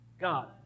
God